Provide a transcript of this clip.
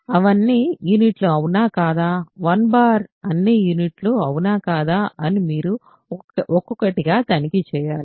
అవన్నీ యూనిట్లు అవునా కాదా 1 అన్నీ యూనిట్లు అవునా కాదా అని మీరు ఒక్కొక్కటిగా తనిఖీ చేయాలి